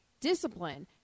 discipline